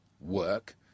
work